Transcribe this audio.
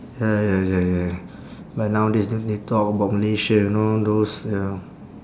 ya ya ya ya but nowadays then they talk about malaysia you know those ya